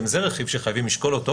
גם זה רכיב שחייבים לשקול,